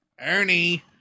Ernie